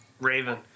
Raven